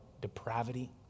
depravity